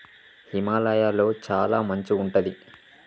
హిమాలయ లొ చాల మంచు ఉంటది